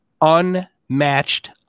unmatched